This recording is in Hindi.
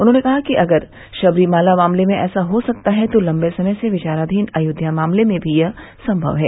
उन्हॉने कहा कि अगर शबरीमाला मामले में ऐसा हो सकता है तो लंबे समय से विचाराधीन अयोध्या मामले में भी यह संभव है